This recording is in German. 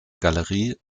galerie